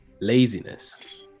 Laziness